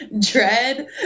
dread